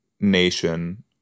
nation